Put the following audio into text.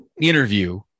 interview